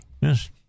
Yes